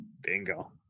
bingo